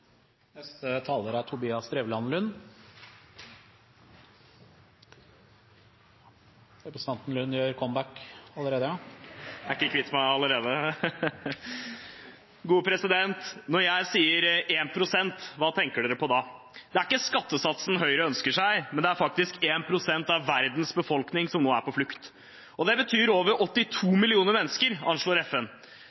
Lund gjør comeback allerede. Du er ikke kvitt meg ennå! Når jeg sier 1 pst., hva tenker dere på da? Det er ikke skattesatsen Høyre ønsker seg, men det er faktisk 1 pst. av verdens befolkning som nå er på flukt. Det betyr over 82